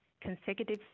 consecutive